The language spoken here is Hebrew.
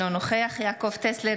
אינו נוכח יעקב טסלר,